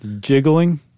Jiggling